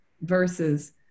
versus